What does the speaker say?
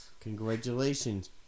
Congratulations